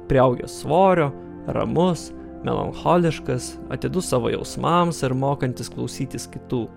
priaugęs svorio ramus melancholiškas atidus savo jausmams ir mokantis klausytis kitų